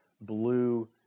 blue